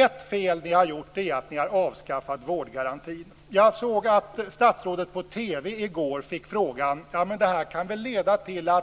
Ett fel som ni har gjort är att ni har avskaffat vårdgarantin. Jag såg att statsrådet på TV i går fick frågan om inte